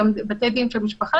גם בתי דין של משפחה,